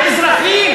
על אזרחים,